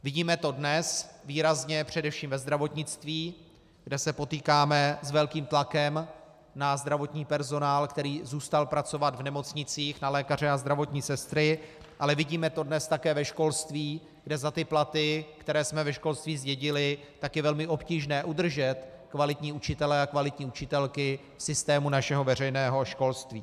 Vidíme to výrazně dnes především ve zdravotnictví, kde se potýkáme s velkým tlakem na zdravotní personál, který zůstal pracovat v nemocnicích, na lékaře a zdravotní sestry, ale vidíme to dnes také ve školství, kde za ty platy, které jsme ve školství zdědili, je velmi obtížné udržet kvalitní učitele a kvalitní učitelky v systému našeho veřejného školství.